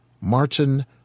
Martin